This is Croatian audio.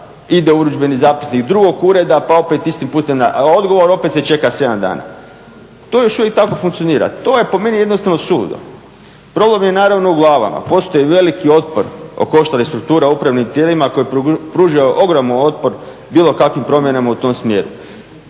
ide u urudžbeni zapisnik drugog ureda pa opet istim putem na odgovor, opet se čeka sedam dana. To još uvijek tako funkcionira. To je po meni jednostavno suludo. Problem je naravno u glavama. Postoji veliki otpor oko koša restruktura upravnim tijelima koji pružaju ogroman otpor bilo kakvim promjena u tom smjeru.